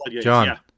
john